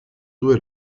due